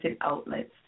outlets